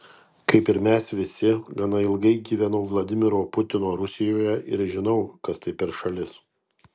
kaip ir mes visi gana ilgai gyvenau vladimiro putino rusijoje ir žinau kas tai per šalis